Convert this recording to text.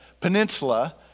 peninsula